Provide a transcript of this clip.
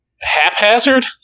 haphazard